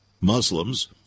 Muslims